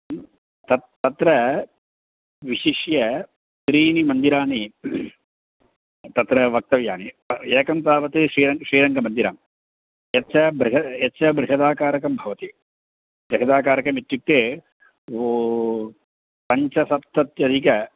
ह्म् तत् तत्र विशिष्य त्रीणि मन्दिराणि तत्र वक्तव्यानि एकं तावत् श्रीर श्रीरङ्गमन्दिरं यच्च बृहद् यच्च बृहदाकारकं भवति बृहदाकारकमित्युक्ते पञ्चसप्तत्यदिक